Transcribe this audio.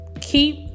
keep